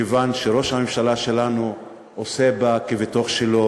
מכיוון שראש הממשלה שלנו עושה בה כבתוך שלו